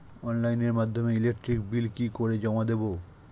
অনলাইনের মাধ্যমে electric bill কি করে জমা দেবো?